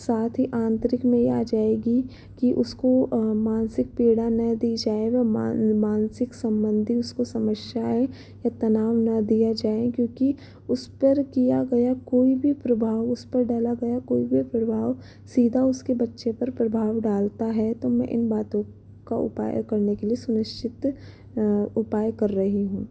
साथ ही आंतरिक में यह आ जाएगी कि उसको मानसिक पीड़ा न दी जाए व मान मानिसक संबंधी उसको समस्याएँ या तनाव ना दिया जाए क्योंकि उस पर किया गया कोई भी प्रभाव उस पर डाला गया कोई भी प्रभाव सीधा उसके बच्चे पर प्रभाव डालता है तो मैं इन बातों का उपाय करने के लिए सुनिश्चित उपाय कर रही हूँ